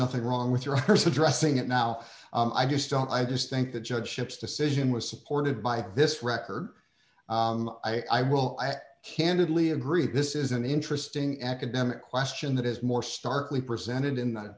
nothing wrong with yours addressing it now i just don't i just think the judgeships decision was supported by this record i will at candidly agree this is an interesting academic question that is more starkly presented in the